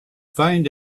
find